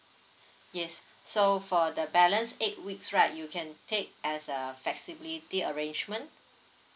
yes so for that balance eight weeks right you can take as uh flexibility arrangement